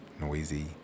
noisy